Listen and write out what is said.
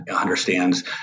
understands